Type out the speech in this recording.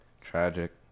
Tragic